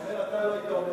אתה לא היית אומר דבר כזה.